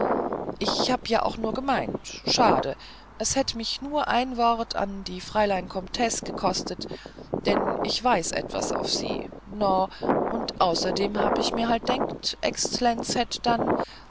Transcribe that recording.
ich habe ja auch nur gemeint schade es hätt mich nur ein wort an die freilein komtesse gekostet denn ich weiß etwas auf sie no und außerdem hab ich mir halt gedenkt exlenz hätten dann